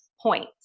points